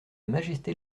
majesté